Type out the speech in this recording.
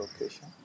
location